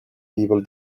people